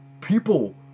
people